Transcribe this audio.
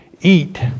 eat